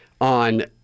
on